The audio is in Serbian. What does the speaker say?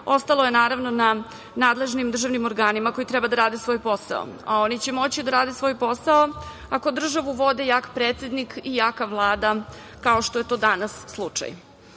ostalo je naravno na nadležnim državnim organima koji treba da rade svoj posao. Oni će da rade svoj posao ako državu vode jak predsednik i jaka Vlada, kao što je to danas slučaj. Potpuno